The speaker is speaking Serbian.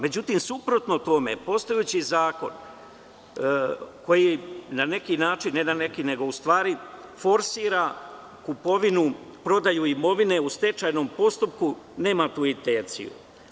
Međutim, suprotno tome, postojeći zakon koji na neki način, ne na neki nego u stvari forsira kupovinu i prodaju imovine u stečajnom postupku, nema tu intenciju.